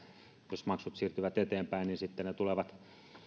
jos maksut siirtyvät eteenpäin niin ne tulevat